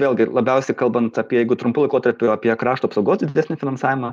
vėlgi labiausiai kalbant apie jeigu trumpu laikotarpiu apie krašto apsaugos didesnį finansavimą